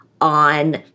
on